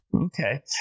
Okay